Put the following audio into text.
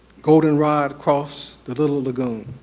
goldenrod across the little lagoon.